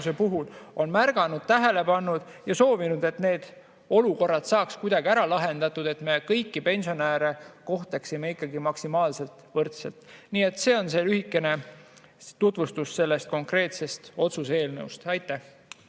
puhul on märganud, tähele pannud ja soovinud, et need olukorrad saaks kuidagi ära lahendatud, et me kõiki pensionäre kohtleksime ikkagi maksimaalselt võrdselt. Nii et see on lühike tutvustus selle konkreetse otsuse eelnõu kohta. Aitäh!